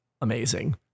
amazing